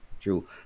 True